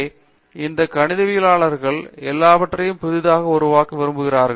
பேராசிரியர் அரிந்தமா சிங் எனவே இந்த கணிதவியலாளர்கள் எல்லாவற்றையும் புதிதாக உருவாக்க விரும்புகிறார்கள்